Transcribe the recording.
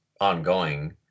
ongoing